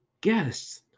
guests